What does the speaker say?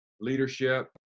leadership